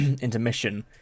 intermission